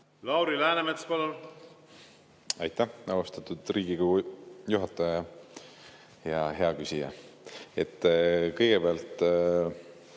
Lauri Läänemets, palun! Aitäh, austatud Riigikogu juhataja! Hea küsija! Kõigepealt,